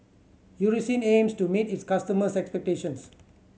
Eucerin aims to meet its customers' expectations